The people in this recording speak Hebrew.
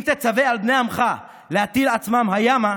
אם תצווה על בני עמך להטיל עצמם הימה,